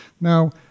Now